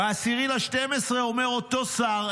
ב-10 בדצמבר אומר אותו שר,